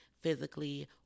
physically